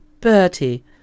Bertie